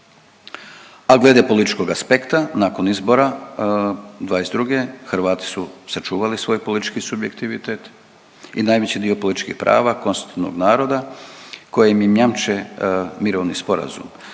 Al glede političkog aspekta nakon izbora '22. Hrvati su sačuvali svoj politički subjektivitet i najveći dio političkih prava konstitutivnog naroda kojim im jamče mirovini sporazum.